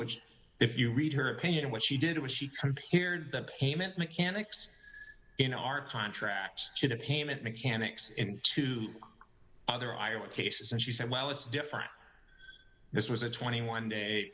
which if you read her opinion what she did was she could hear the payment mechanics in our contracts to the payment mechanics in two other iowa cases and she said well it's different this was a twenty one day